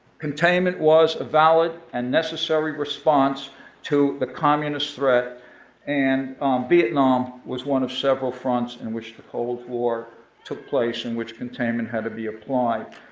containment was a valid and necessary response to the communist threat and vietnam was one of several fronts in which the cold war took place in which containment had to be applied.